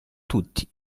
tutti